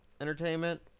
entertainment